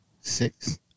Six